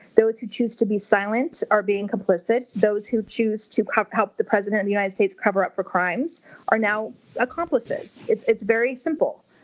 those who choose to be silent are being complicit. those who choose to help help the president of the united states cover up for crimes are now accomplices. it's it's very simple,